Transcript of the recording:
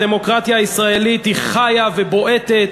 הדמוקרטיה הישראלית חיה ובועטת,